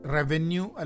Revenue